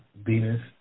Venus